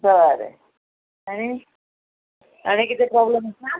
बरें आनी आनी कितें प्रोब्लम आसा